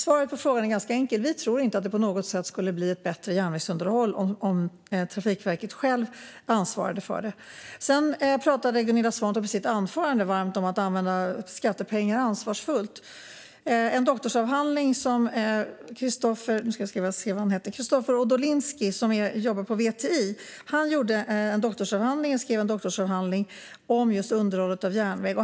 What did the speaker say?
Svaret på frågan är alltså ganska enkelt: Vi tror inte att det på något sätt skulle bli ett bättre järnvägsunderhåll om Trafikverket självt ansvarade för det. I sitt anförande talade Gunilla Svantorp varmt om att använda skattepengar ansvarsfullt. Kristofer Odolinski, som jobbar på VTI, har skrivit en doktorsavhandling om just underhållet av järnväg.